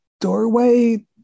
doorway